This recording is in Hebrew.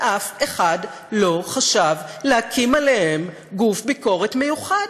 ואף אחד לא חשב להקים עליהם גוף ביקורת מיוחד.